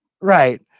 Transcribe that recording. Right